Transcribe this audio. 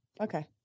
Okay